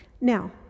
now